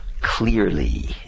clearly